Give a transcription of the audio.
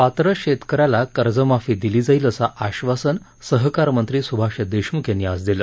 पात्र शेतक याला कर्जमाफी दिली जाईल असं आश्वासन सहकारमंत्री सुभाष देशमुख यांनी आज दिलं